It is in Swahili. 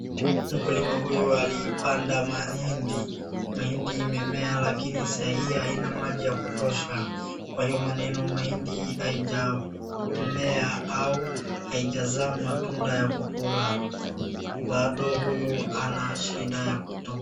Mkulima huyu alipanda mahindi, mahindi imemea lakini sahii haina maji ya kutosha. Kwa hiyo maneno mahindi haijamea au haijazaa matunda ya kukula. Bado huyu anashida ya kuto.